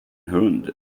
hund